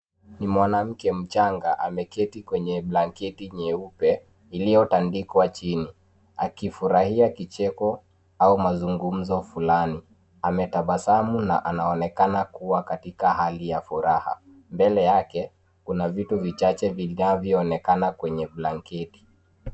Ni mwanamke mchanga ameketi kwenye blanketi nyeupe iliyo tandikwa chini akifurahia kicheko au mazugumzo fulani ametabasamu na anaonekana kuwa katika hali ya furaha. Mbele yake kuna vitu vichache vinavyo onekana kwenye blanketi.